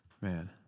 man